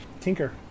Tinker